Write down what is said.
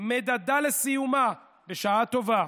מדדה לסיומה, בשעה טובה.